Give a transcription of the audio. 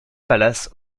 palace